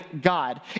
God